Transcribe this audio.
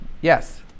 Yes